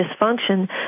dysfunction